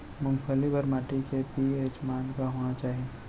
मूंगफली बर माटी के पी.एच मान का होना चाही?